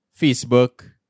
facebook